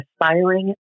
aspiring